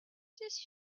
this